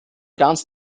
ganz